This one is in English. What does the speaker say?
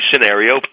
scenario